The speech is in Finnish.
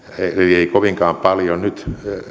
ei kovinkaan paljon nyt